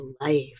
life